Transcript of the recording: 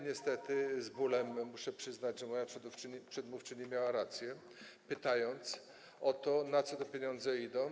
Niestety z bólem muszę przyznać, że moja przedmówczyni miała rację, pytając o to, na co te pieniądze idą.